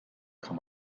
kann